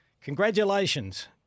Congratulations